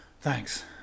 Thanks